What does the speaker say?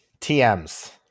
TMs